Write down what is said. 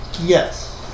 Yes